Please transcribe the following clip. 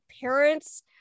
parents